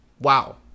Wow